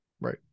right